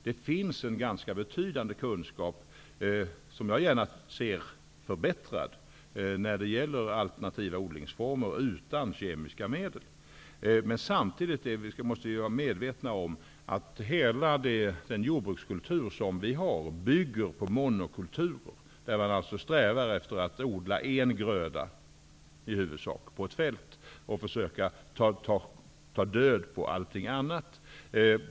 Det finns en ganska betydande kunskap, och jag ser gärna att den förbättras, när det gäller alternativa odlingsformer utan kemiska medel. Samtidigt måste vi vara medvetna om att hela vår jordbrukskultur bygger på monokulturer, där man strävar efter att i huvudsak odla bara en gröda på ett fält och ta död på allting annat.